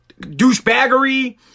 Douchebaggery